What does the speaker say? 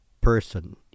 person